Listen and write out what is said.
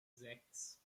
sechs